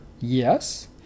yes